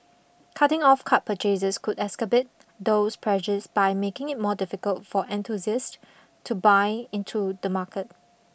cutting off card purchases could excerbate those pressures by making it more difficult for enthusiasts to buy into the market